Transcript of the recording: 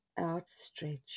outstretched